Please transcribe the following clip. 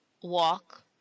walk